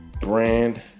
brand